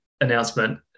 announcement